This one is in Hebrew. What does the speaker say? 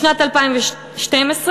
בשנת 2012 הוקצו,